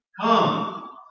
Come